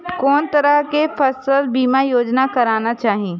कोन तरह के फसल बीमा योजना कराना चाही?